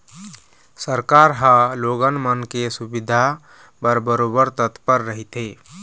सरकार ह लोगन मन के सुबिधा बर बरोबर तत्पर रहिथे